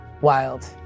Wild